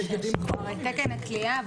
על תקן הכליאה,